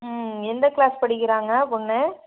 ம் எந்த கிளாஸ் படிக்கிறாங்க பொண்ணு